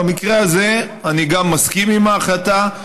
במקרה הזה אני גם מסכים עם ההחלטה,